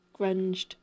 grunged